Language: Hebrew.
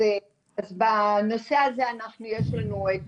אז בנושא הזה יש לנו את